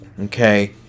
Okay